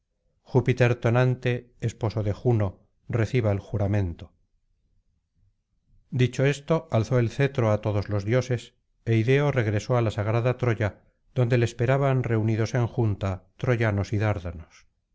júpiter tonante esposo de juno reciba el juramento dicho esto alzó el cetro á todos los dioses é ideo regresó á la sagrada troya donde le esperaban reunidos en junta troyanos y dárdanos